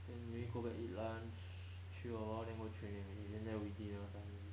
then may go back eat lunch chill a while then go training already then that will be dinner time already